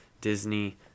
Disney